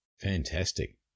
Fantastic